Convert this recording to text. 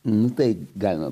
nu tai galima